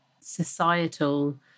societal